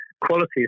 quality